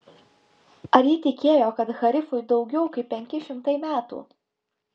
ar ji tikėjo kad harifui daugiau kaip penki šimtai metų